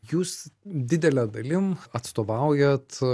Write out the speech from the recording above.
jūs didele dalim atstovaujat